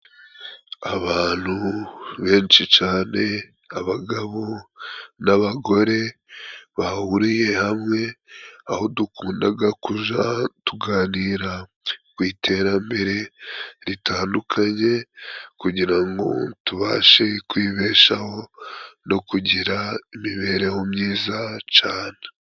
Abantu benshi cane, abagabo n'abagore bahuriye hamwe, aho dukundaga kuja tuganira ku iterambere ritandukanye kugira ngo tubashe kwibeshaho no kugira imibereho myiza cane.